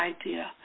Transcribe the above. idea